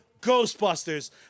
Ghostbusters